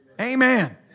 Amen